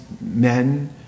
men